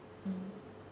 mm